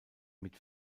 mit